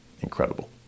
Incredible